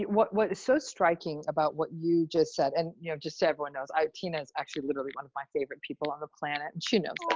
what was so striking about what you just said, and you know just so everyone knows, ah tina is actually literally one of my favorite people on the planet, and she knows